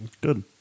Good